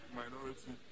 minority